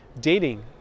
dating